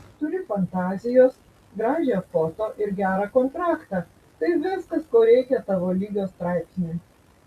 turi fantazijos gražią foto ir gerą kontraktą tai viskas ko reikia tavo lygio straipsniui